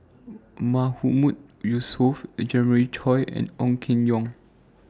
Mahmood Yusof Jeremiah Choy and Ong Keng Yong